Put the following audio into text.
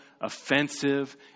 offensive